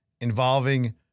involving –